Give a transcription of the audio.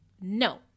no